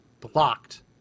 blocked